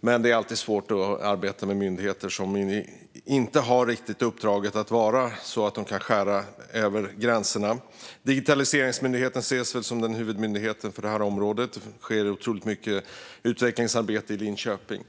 men det är alltid svårt att arbeta med myndigheter som inte riktigt har ett sådant uppdrag att de kan skära över gränserna. Digitaliseringsmyndigheten ses väl som huvudmyndigheten på det här området. Det sker otroligt mycket utvecklingsarbete i Linköping.